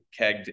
kegged